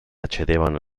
accedevano